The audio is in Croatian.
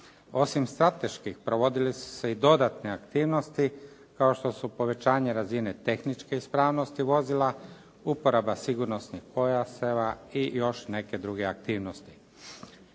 Osim strateških, provodile su se i dodatne aktivnosti kao što su povećanje razine tehničke ispravnosti vozila, uporaba sigurnosnih pojaseva i još neke druge aktivnosti.